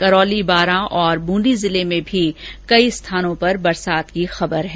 करौली बांरा और ब्रंदी जिले में भी कई स्थानों पर बरसात की खबर है